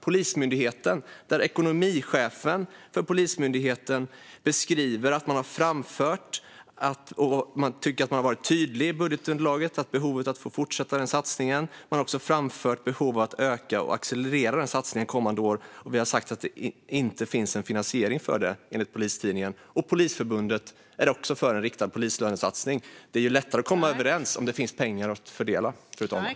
Den ena parten är Polismyndigheten, där ekonomichefen beskriver att man tycker att man har varit tydlig i budgetunderlaget om behovet av att fortsätta denna satsning. Man har också framfört behov av att öka och accelerera denna satsning kommande år. Enligt Polistidningen har det sagts att det inte finns en finansiering för det. Den andra parten, Polisförbundet, är också för en riktad polislönesatsning. Det är lättare att komma överens om det finns pengar att fördela, fru talman.